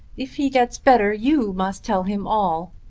if he gets better you must tell him all.